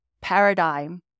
paradigm